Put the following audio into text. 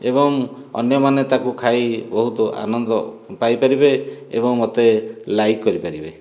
ଏବଂ ଅନ୍ୟମାନେ ତାକୁ ଖାଇ ବହୁତ ଆନନ୍ଦ ପାଇପାରିବେ ଏବଂ ମୋତେ ଲାଇକ୍ କରି ପାରିବେ